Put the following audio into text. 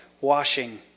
washing